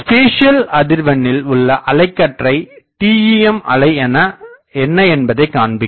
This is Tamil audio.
ஸ்பேசியல் அதிர்வெண்ணில் உள்ள அலைக்கற்றை TEM அலை என்ன என்பதைக் காண்பிக்கும்